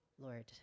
Lord